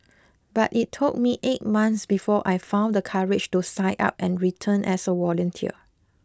but it took me eight months before I found the courage to sign up and return as a volunteer